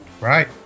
Right